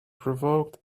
provoked